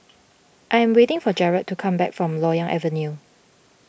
I'm waiting for Jarrell to come back from Loyang Avenue